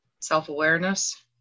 self-awareness